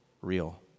real